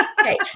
Okay